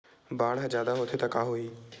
बाढ़ ह जादा होथे त का होही?